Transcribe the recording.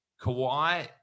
Kawhi